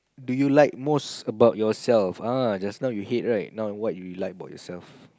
do you like most about yourself uh just now you hate right now what you like about yourself